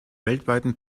weltweiten